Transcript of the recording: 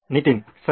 ನಿತಿನ್ ಸರಿ